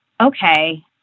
okay